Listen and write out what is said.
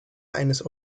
eines